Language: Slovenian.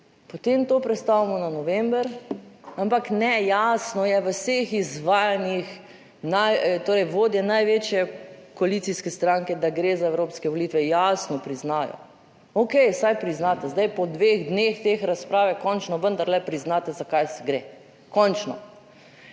potem to prestavimo na november. Ampak ne, jasno je v vseh izvajanjih, torej, vodje največje koalicijske stranke, da gre za evropske volitve, jasno priznajo. Okej, vsaj priznate. Zdaj po dveh dneh te razprave končno vendarle priznate za kaj se gre, končno.